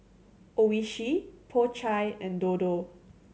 Oishi Po Chai and Dodo